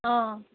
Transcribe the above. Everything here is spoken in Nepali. अँ